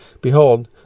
Behold